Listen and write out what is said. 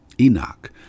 Enoch